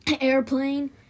Airplane